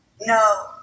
No